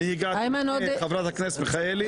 אני הגעתי לפני חברת הכנסת מיכאלי,